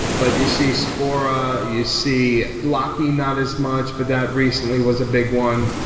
but you see spora, you see locky not as much, but that recently was a big one,